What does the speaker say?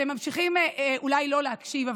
אתם ממשיכים אולי לא להקשיב,